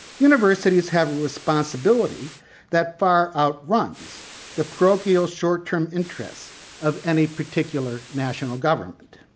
universities have a responsibility that far outruns the parochial short-term interest of any particular national government.